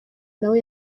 nawe